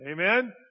Amen